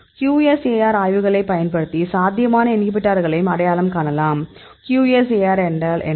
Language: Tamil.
QSAR ஆய்வுகளைப் பயன்படுத்தி சாத்தியமான இன்ஹிபிட்டார்களையும் அடையாளம் காணலாம் QSAR என்றால் என்ன